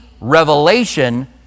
revelation